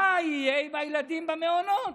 מה יהיה עם הילדים במעונות?